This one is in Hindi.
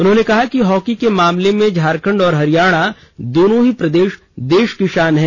उन्होंने कहा कि हॉकी के मामले में झारखंड और हरियाणा दोनों ही प्रदेश देश की शान हैं